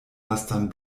lastan